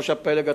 ראש הפלג הצפוני,